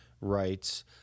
rights